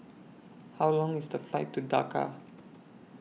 How Long IS The Flight to Dhaka